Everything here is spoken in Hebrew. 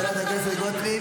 חברת הכנסת גוטליב.